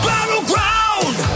Battleground